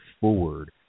forward